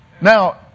Now